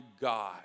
God